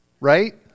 right